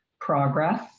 progress